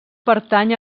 pertany